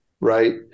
right